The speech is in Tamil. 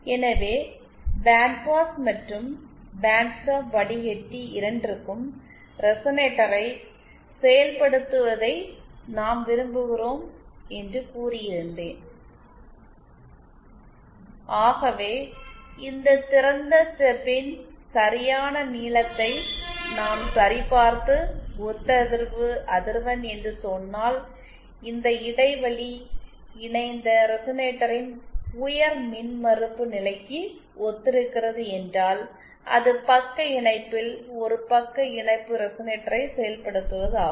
எனவ பேண்ட் பாஸ் மற்றும் பேண்ட் ஸ்டாப் வடிகட்டி இரண்டிற்கும் ரெசனேட்டரை செயல்படுத்துவதை நாம் விரும்புகிறோம் என்று கூறி இருந்தேன் ஆகவே இந்த திறந்த ஸ்டப்பின் சரியான நீளத்தை நாம் சரிபார்த்து ஒத்ததிர்வு அதிர்வெண் என்று சொன்னால் இந்த இடைவெளி இணைந்த ரெசனேட்டரின் உயர் மின்மறுப்பு நிலைக்கு ஒத்திருக்கிறது என்றால் அது பக்க இணைப்பில் ஒரு பக்க இணைப்பு ரெசனேட்டரை செயல்படுத்துவதாகும்